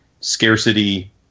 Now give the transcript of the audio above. scarcity